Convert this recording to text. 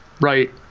right